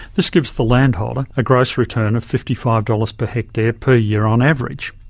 this gives the landholder a gross return of fifty five dollars per hectare per year on average.